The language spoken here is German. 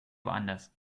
woanders